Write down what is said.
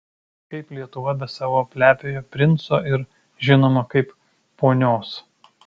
kaip lietuva be savo plepiojo princo ir žinoma kaip ponios